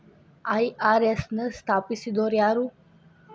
IRS ನ ಸ್ಥಾಪಿಸಿದೊರ್ಯಾರು?